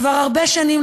כבר הרבה שנים,